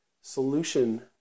solution